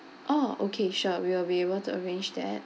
oh okay sure we will be able to arrange that